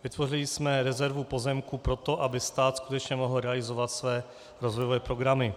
Vytvořili jsme rezervu pozemků pro to, aby stát skutečně mohl realizovat své rozvojové programy.